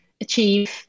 achieve